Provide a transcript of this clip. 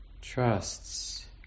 trusts